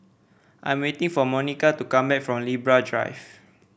I am waiting for Monica to come back from Libra Drive